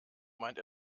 meint